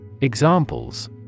Examples